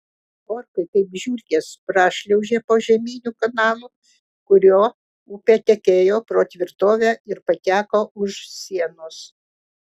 orkai kaip žiurkės prašliaužė požeminiu kanalu kuriuo upė tekėjo pro tvirtovę ir pateko už sienos